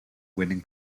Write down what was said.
winning